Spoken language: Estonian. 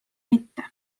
mitte